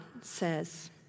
says